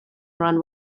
run